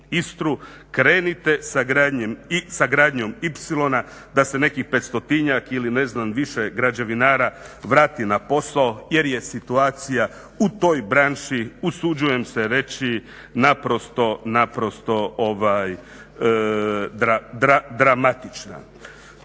ISTRA-u krenite sa gradnjom ipsilona da se nekih 500-njak ili ne znam više građevinara vrati na posao jer je situacija u toj branši usuđujem se reći naprosto dramatična.